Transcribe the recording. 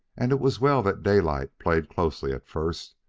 and it was well that daylight played closely at first,